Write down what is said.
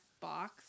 Box